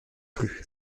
plus